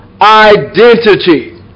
Identity